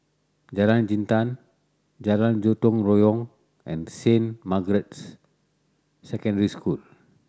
Jalan Jintan Jalan Gotong Royong and Saint Margaret's Secondary School